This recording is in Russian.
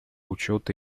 учета